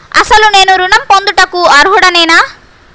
అసలు నేను ఋణం పొందుటకు అర్హుడనేన?